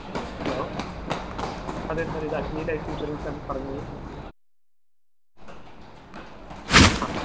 hello അതെ sir ഇതഗ്നീ ലൈഫിൻഷൊറൻസ്സാണ് പറഞ്ഞോളു അ